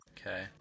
Okay